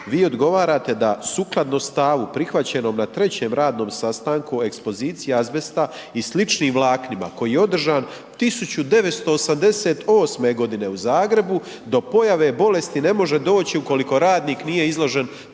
vi odgovarate da sukladno stavu prihvaćenom na 3. radnom sastanku o ekspoziciji azbesta i sličnim vlaknima koji je održan 1988. godine u Zagrebu do pojave bolesti ne može doći ukoliko radnik nije izložen